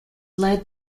led